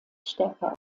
stärker